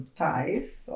ties